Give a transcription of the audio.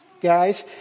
guys